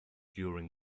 during